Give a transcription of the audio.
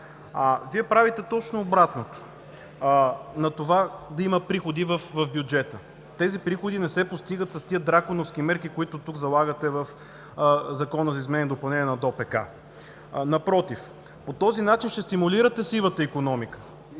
Вие правите точно обратното на това да има приходи в бюджета. Тези приходи не се постигат с драконовските мерки, които тук залагате в Закона за изменение и допълнение на ДОПК, напротив – по този начин ще стимулирате сивата икономика.